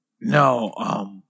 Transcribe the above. No